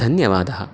धन्यवादः